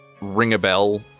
ring-a-bell